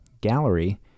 gallery